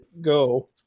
Go